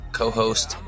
co-host